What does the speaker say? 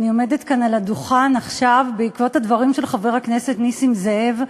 אני עומדת כאן על הדוכן עכשיו בעקבות הדברים של חבר הכנסת נסים זאב,